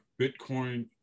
Bitcoin